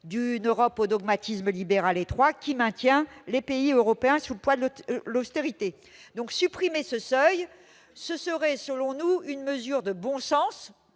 d'une Europe au dogmatisme libéral étroit qui maintient les pays européens sous le poids de l'austérité. Supprimer ce seuil serait une mesure de bon sens